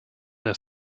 der